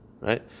right